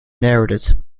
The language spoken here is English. narrated